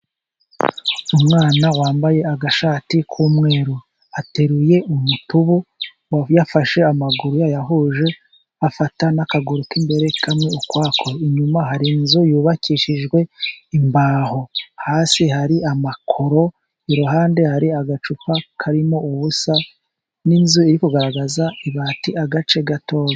Umwana wambaye agashati k'umweru, ateruye umutubu yafashe. Amaguru yayahuje afata n'akaguru k'imbere kamwe ukwako. Inyuma hari inzu yubakishijwe imbaho, hasi hari amakoro. Iruhande hari agacupa karimo ubusa, n'inzu iri kugaragaza ibati agace gatoya.